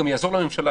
זה גם יעזור לממשלה,